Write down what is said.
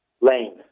Lane